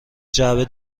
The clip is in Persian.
جعبه